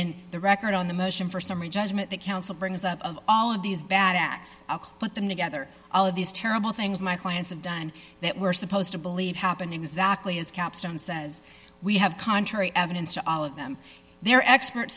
in the record on the motion for summary judgment that counsel brings up of all of these bad acts put them together all of these terrible things my clients have done that we're supposed to believe happened exactly as capstone says we have contrary evidence to all of them their expert